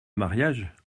mariage